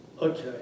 Okay